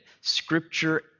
Scripture